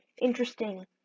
interesting